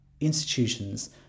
institutions